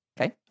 Okay